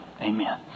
Amen